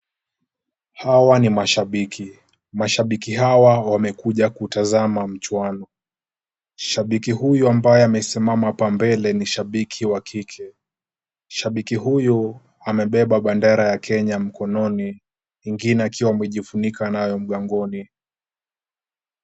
Hawa ni mashabiki. Mashabiki hawa wamekuja kutazama mchuano. Shabiki huyu ambaye amesimama hapa mbele ni shabiki wa kike. Shabiki huyu amebeba bendera ya Kenya mkononi, ingine akiwa amejifunika nayo mgongoni.